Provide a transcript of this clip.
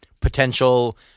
potential